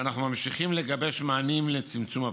ואנו ממשיכים לגבש מענים לצמצום הפער.